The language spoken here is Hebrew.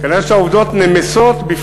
כנראה העובדות נמסות,